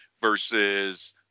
versus